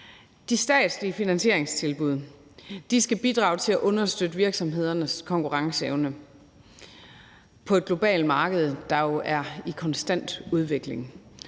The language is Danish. De statslige finansieringstilbud skal bidrage til at understøtte virksomhedernes konkurrenceevne på et globalt marked, der jo er i konstant udvikling.